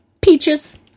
Peaches